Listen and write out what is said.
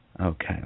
Okay